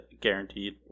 guaranteed